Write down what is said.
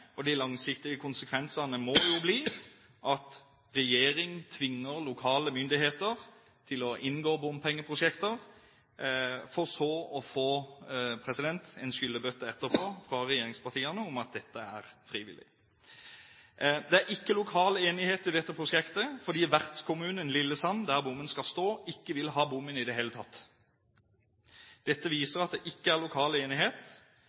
Og de langsiktige konsekvensene må jo bli at regjeringen tvinger lokale myndigheter til å inngå bompengeprosjekter, for så etterpå å få en skyllebøtte fra regjeringspartiene om at dette er frivillig. Det er ikke lokal enighet i dette prosjektet, fordi vertskommunen Lillesand, der bommen skal stå, ikke vil ha bommen i det hele tatt. Dette viser at det ikke er lokal enighet.